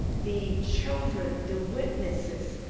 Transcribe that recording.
the children the witnesses,